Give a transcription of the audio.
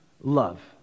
love